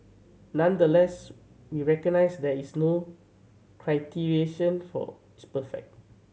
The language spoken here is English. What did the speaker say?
nonetheless we recognise that there is no criterion for is perfect